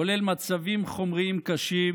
כולל מצבים חומריים קשים,